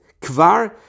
Kvar